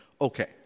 Okay